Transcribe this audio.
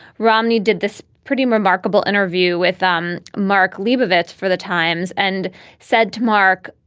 romney did this pretty remarkable interview with um mark liebovitz for the times and said to mark,